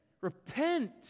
Repent